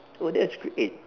oh that's great